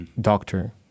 doctor